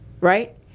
right